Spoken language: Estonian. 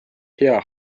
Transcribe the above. hea